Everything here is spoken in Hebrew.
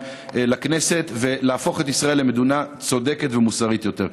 לכנסת ולהפוך את ישראל למדינה צודקת ומוסרית יותר.